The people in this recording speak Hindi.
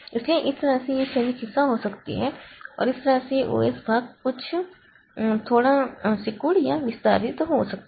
तो इस तरह से यह क्षणिक हिस्सा हो सकता है और इस तरह से यह OS भाग थोड़ा सिकुड़ या विस्तारित हो सकता है